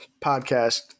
podcast